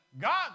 God